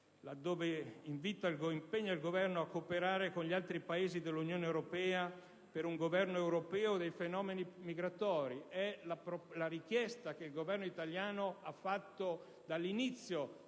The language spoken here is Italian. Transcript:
là dove impegna il Governo a «cooperare con gli altri Paesi dell'Unione europea per un governo europeo dei fenomeni migratori,» - questa è la richiesta che il Governo italiano ha fatto fin dall'inizio